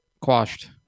Quashed